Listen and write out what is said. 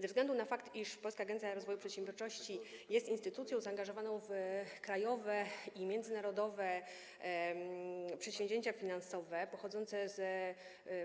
Ze względu na fakt, iż Polska Agencja Rozwoju Przedsiębiorczości jest instytucją zaangażowaną w krajowe i międzynarodowe przedsięwzięcia finansowe pochodzące z